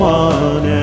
one